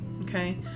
okay